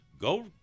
go